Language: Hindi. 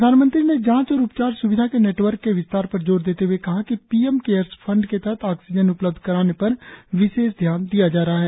प्रधानमंत्री ने जांच और उपचार स्विधा के नेटवर्क के विस्तार पर जोर देते हुए कहा कि पीएम केयर्स फंड के तहत आक्सीजन उपलब्ध कराने पर विशेष ध्यान दिया जा रहा है